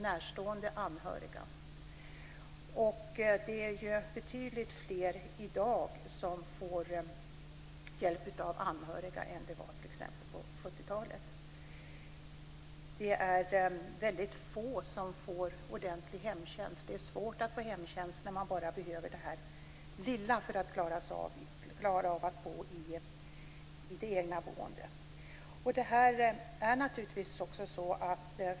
Det är betydligt fler som får hjälp av anhöriga i dag än det var t.ex. på 70-talet. Det är väldigt få som får ordentlig hemtjänst. Det är svårt att få hemtjänst när man bara behöver lite hjälp för att klara av att bo i det egna boendet.